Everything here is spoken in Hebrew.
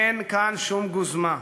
אין כאן שום גוזמה.